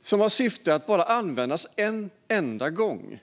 som har till syfte att bara användas en enda gång.